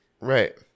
Right